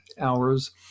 hours